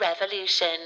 Revolution